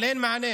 אבל אין מענה,